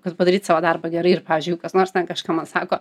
kad padaryt savo darbą gerai ir pavyzdžiui jei kas nors ten kažką man sako